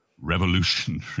revolutionary